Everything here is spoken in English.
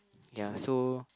ya so